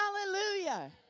Hallelujah